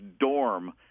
dorm